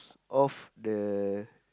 of the